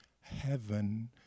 heaven